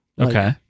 Okay